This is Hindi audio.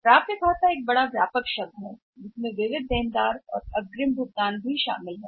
प्राप्य खाता एक बड़ा शब्द है एक व्यापक शब्द है और इसमें विविध ऋणी भी शामिल हैं अग्रिम भुगतान सही शामिल करें